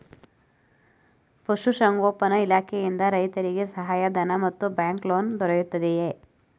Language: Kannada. ಪಶು ಸಂಗೋಪನಾ ಇಲಾಖೆಯಿಂದ ರೈತರಿಗೆ ಸಹಾಯ ಧನ ಮತ್ತು ಬ್ಯಾಂಕ್ ಲೋನ್ ದೊರೆಯುತ್ತಿದೆಯೇ?